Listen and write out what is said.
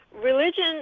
religion